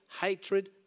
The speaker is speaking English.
hatred